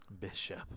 Bishop